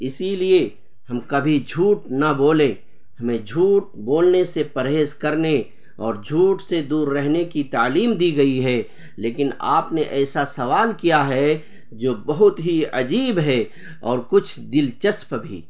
اسی لیے ہم کبھی جھوٹ نہ بولیں ہمیں جھوٹ بولنے سے پرہیز کرنے اور جھوٹ سے دور رہنے کی تعلیم دی گئی ہے لیکن آپ نے ایسا سوال کیا ہے جو بہت ہی عجیب ہے اور کچھ دلچسپ بھی